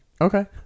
Okay